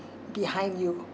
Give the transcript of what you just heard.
behind you